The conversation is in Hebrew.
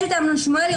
אמנון שמואלי,